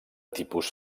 tipus